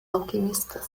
alquimistas